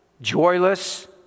joyless